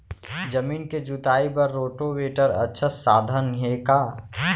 जमीन के जुताई बर रोटोवेटर अच्छा साधन हे का?